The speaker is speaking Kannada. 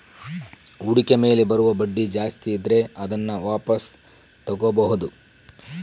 ಹೂಡಿಕೆ ಮೇಲೆ ಬರುವ ಬಡ್ಡಿ ಜಾಸ್ತಿ ಇದ್ರೆ ಅದನ್ನ ವಾಪಾಸ್ ತೊಗೋಬಾಹುದು